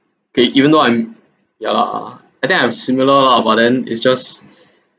okay even though I'm ya lah I think I'm similar lah but then it's just it's